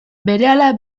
berehala